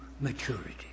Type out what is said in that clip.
maturity